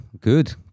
Good